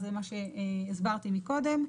זה מה שהסברתי מקודם.